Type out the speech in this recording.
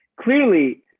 clearly